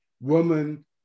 woman